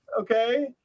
Okay